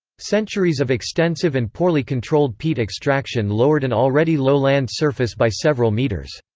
centuries of extensive and poorly controlled peat extraction lowered an already low land surface by several metres.